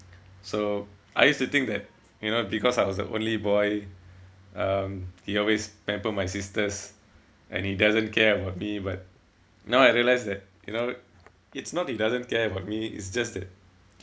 so I used to think that you know because I was the only boy um he always pamper my sisters and he doesn't care about me but now I realise that you know it's not he doesn't care about me it's just that